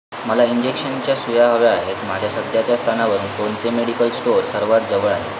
मला इंजेक्शनच्या सुया हव्या आहेत माझ्या सध्याच्या स्थानावरून कोणते मेडिकल स्टोअर सर्वात जवळ आहे